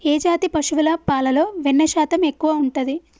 ఏ జాతి పశువుల పాలలో వెన్నె శాతం ఎక్కువ ఉంటది?